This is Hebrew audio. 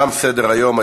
תם סדר-היום.